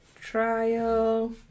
Trial